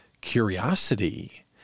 curiosity